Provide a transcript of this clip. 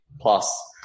plus